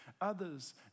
others